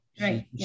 Right